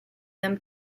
them